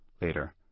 later